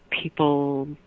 people